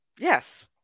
yes